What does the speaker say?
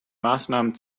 maßnahmen